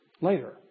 later